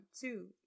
two